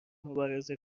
مبارزه